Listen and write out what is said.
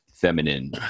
feminine